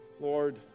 lord